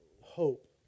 hope